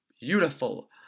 Beautiful